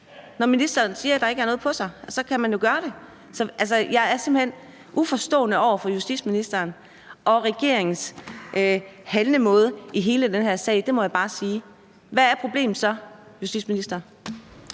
Når ministeren siger, at det ikke har noget på sig, kan man jo gøre det. Altså, jeg er simpelt hen uforstående over for justitsministeren og regeringens handlemåde i hele den her sag; det må jeg bare sige. Hvad er problemet så, justitsminister?